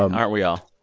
um aren't we all?